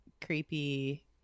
creepy